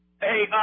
Hey